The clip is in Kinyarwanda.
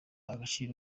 agaciro